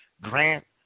Grant